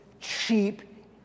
cheap